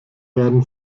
werden